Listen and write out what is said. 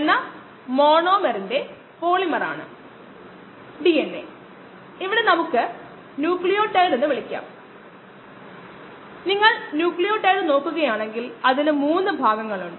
ഉദാഹരണത്തിന് കോശങ്ങളുടെ സാന്ദ്രത അളക്കുന്നത് നോക്കുകയാണെങ്കിൽ കുറച്ച് ഓൺലൈൻ രീതികളുണ്ട് കോശത്തിനുളളിലെ ഒരു തന്മാത്രയുടെ ഫ്ലൂറസെൻസിനെ അളക്കുന്ന ഫ്ലൂറസെൻസ് രീതി ഉണ്ട് അതിനെ NADH എന്ന് വിളിക്കുന്നു